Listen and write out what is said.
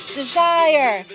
desire